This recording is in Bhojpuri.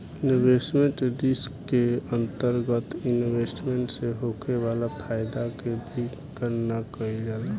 इन्वेस्टमेंट रिस्क के अंतरगत इन्वेस्टमेंट से होखे वाला फायदा के भी गनना कईल जाला